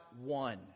one